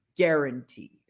guaranteed